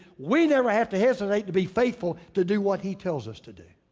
we never have to hesitate to be faithful to do what he tells us to do.